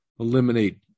eliminate